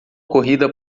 corrida